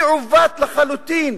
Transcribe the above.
מעוות לחלוטין.